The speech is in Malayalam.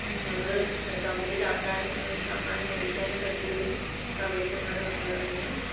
അത് കംപ്ലീറ്റ് ആക്കാനും സമ്മാനം മേടിക്കാനും പറ്റിയതിന് സർവേശ്വരനോട് നന്ദി പറയുന്നു